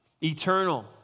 eternal